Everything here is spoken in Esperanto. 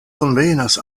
konvenas